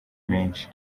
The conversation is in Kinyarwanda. menshi